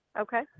okay